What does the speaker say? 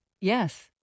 Yes